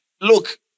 look